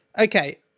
Okay